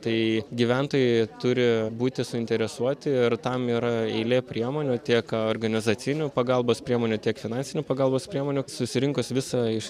tai gyventojai turi būti suinteresuoti ir tam yra eilė priemonių tiek organizacinių pagalbos priemonių tiek finansinių pagalbos priemonių susirinkus visą